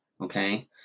Okay